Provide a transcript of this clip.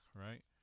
right